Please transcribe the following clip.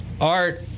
art